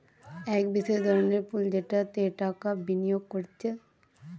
এক বিশেষ ধরনের পুল যেটাতে টাকা বিনিয়োগ কোরছে